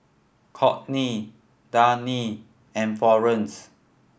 Courtney Dani and Florene